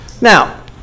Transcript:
Now